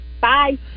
bye